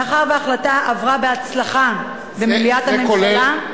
מאחר שההחלטה עברה בהצלחה במליאת הממשלה,